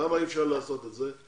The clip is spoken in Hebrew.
למה אי-אפשר לעשות את זה,